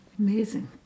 Amazing